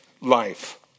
life